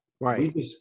Right